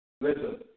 Listen